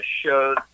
shows